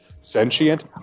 sentient